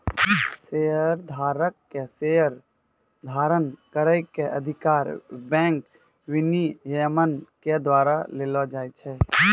शेयरधारक के शेयर धारण करै के अधिकार बैंक विनियमन के द्वारा देलो जाय छै